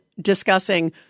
discussing